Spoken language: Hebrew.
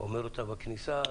אומר בכניסה.